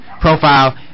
profile